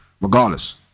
Regardless